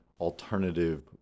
alternative